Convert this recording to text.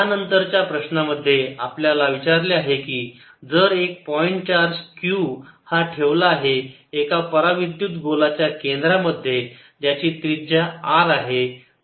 rr Pr3 14π0 r3× 4π3R3P P30 यानंतरच्या प्रश्न मध्ये आपल्याला विचारले आहे की जर एक पॉईंट चार्ज q हा ठेवला आहे एका परा विद्युत गोलाच्या केंद्रांमध्ये ज्याची त्रिजा R आहे